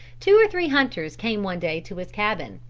two or three hunters came one day to his cabin,